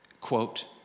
quote